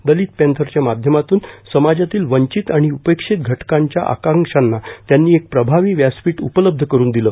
दलित पँथरच्या माध्यमातून समाजातील वंचित आणि उपेक्षित घटकांच्या आकांक्षांना त्यांनी एक प्रभावी व्यासपीठ उपलब्ध करून दिले